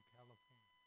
California